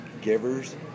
givers